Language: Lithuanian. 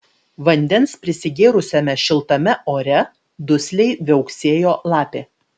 vandens prisigėrusiame šiltame ore dusliai viauksėjo lapė